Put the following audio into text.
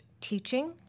teaching